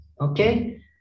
okay